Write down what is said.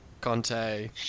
Conte